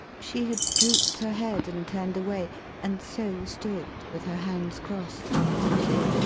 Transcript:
she had drooped her head, and turned away and so stood, with her hands crossed, musing.